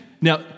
Now